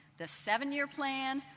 the seven-year plan,